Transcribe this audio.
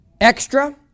Extra